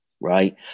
right